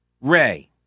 Ray